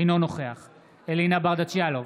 אינו נוכח אלינה ברדץ' יאלוב,